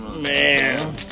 Man